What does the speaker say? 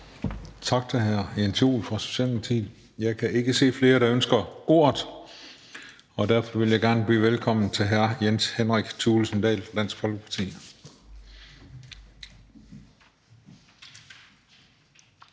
Tak til hr. Jens Joel fra Socialdemokratiet. Jeg kan ikke se flere, der ønsker ordet, og derfor vil jeg gerne byde velkommen til hr. Jens Henrik Thulesen Dahl fra Dansk Folkeparti.